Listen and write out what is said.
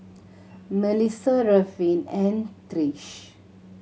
Mellisa Ruffin and Trish